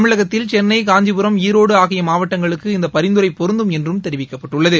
தமிழகத்தில் சென்னை காஞ்சிபுரம் ஈரோடு ஆகிய மாவட்டங்களுக்கு இந்த பரிந்துரை பொருந்தும் என்று தெரிவிக்கப்பட்டுள்ளது